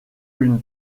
une